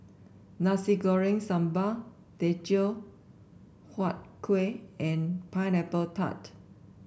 Nasi Goreng Sambal Teochew Huat Kuih and Pineapple Tart